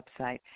website